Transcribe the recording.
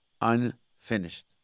unfinished